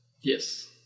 Yes